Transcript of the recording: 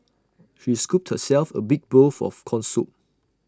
she scooped herself A big bowl of Corn Soup